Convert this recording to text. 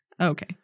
Okay